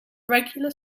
regular